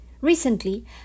Recently